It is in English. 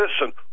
Listen